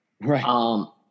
right